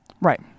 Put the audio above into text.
right